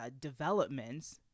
developments